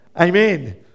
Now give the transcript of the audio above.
Amen